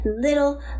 little